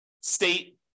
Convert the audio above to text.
state